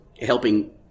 helping